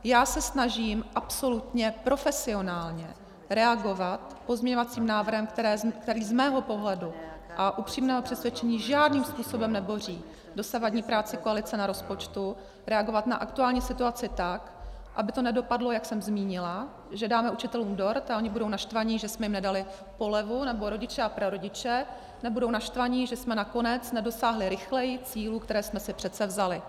Já se snažím absolutně profesionálně reagovat pozměňovacím návrhem, který z mého pohledu a upřímného přesvědčení žádným způsobem neboří dosavadní práci koalice na rozpočtu, reagovat na aktuální situaci tak, aby to nedopadlo, jak jsem zmínila, že dáme učitelům dort a oni budou naštvaní, že jsme jim nedali polevu, nebo rodiče a prarodiče budou naštvaní, že jsme nakonec nedosáhli rychleji cílů, které jsme si předsevzali.